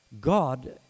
God